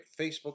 Facebook